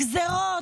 גזרות: